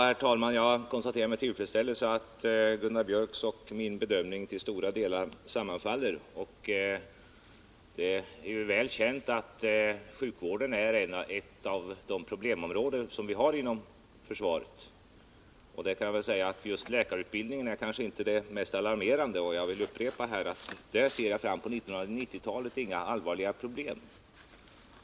Herr talman! Jag konstaterar med tillfredsställelse att Gunnar Biörcks och min bedömning till stora delar sammanfaller. Det är ju väl känt att sjukvården är ett av problemområdena inom försvaret. Situationen för just läkarutbildningen är kanske inte den mest alarmerande. Jag vill upprepa att jag inför 1990-talet inte ser några allvarliga problem på det området.